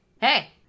Hey